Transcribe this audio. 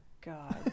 god